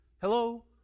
hello